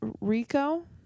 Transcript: rico